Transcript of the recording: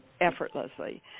effortlessly